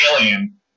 alien